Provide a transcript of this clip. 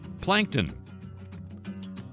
plankton